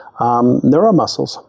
neuromuscles